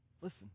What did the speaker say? Listen